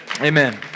Amen